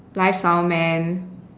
live sound man